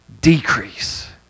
decrease